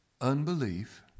unbelief